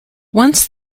once